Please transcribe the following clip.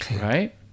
right